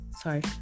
Sorry